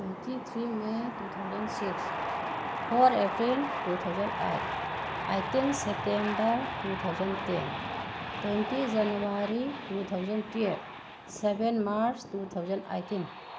twenty three may two thousand six four April two thousand eight eighteen September two thousand ten twenty January two thousand twelve seven March two thousand eighteen